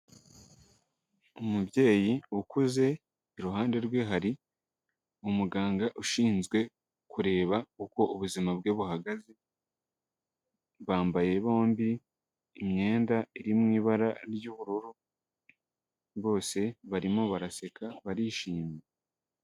Umubyeyi ukuze iruhande rwe hari umuganga ushinzwe kureba uko ubuzima bwe buhagaze, bambaye bombi imyenda iri mu ibara ry'ubururu bose barimo baraseka barishimye.